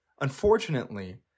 Unfortunately